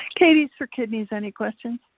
k d's for kidneys, any questions?